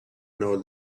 know